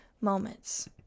moments